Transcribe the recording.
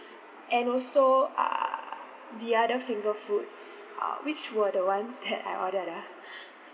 and also err the other finger foods uh which were the ones that I ordered ah